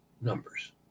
numbers